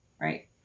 right